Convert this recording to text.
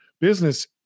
business